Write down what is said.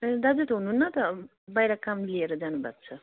ए दाजु त हुनुहुन्न त बाहिर काम लिएर जानु भएको छ